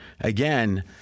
again